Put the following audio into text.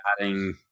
adding